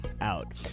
out